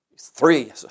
Three